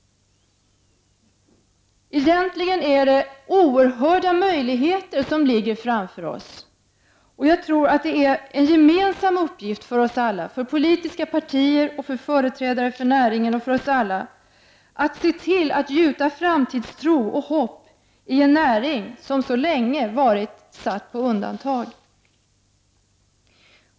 Egentligen är det oerhörda möjligheter som ligger framför oss. Det är en gemensam uppgift för oss alla, politiska partier, företrädare för näringen och alla andra, att se till att gjuta framtidstro och hopp i en näring som så länge har varit satt på undantag.